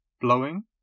blowing